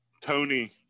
Tony